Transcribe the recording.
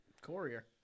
Courier